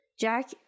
Jack